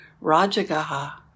Rajagaha